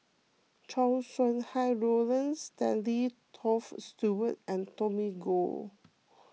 Chow Sau Hai Roland Stanley Toft Stewart and Tommy Koh